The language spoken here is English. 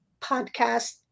podcast